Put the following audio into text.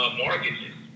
mortgages